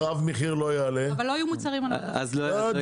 שנה אחת נעשה פיקוח אף מחיר לא יעלה.